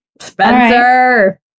Spencer